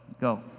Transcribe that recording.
go